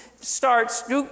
starts